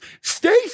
Stay